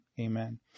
Amen